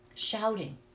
Shouting